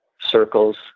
circles